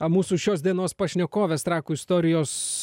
mūsų šios dienos pašnekovės trakų istorijos